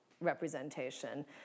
representation